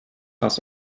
das